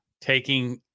taking